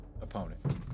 opponent